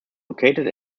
located